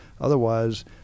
otherwise